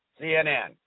CNN